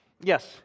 Yes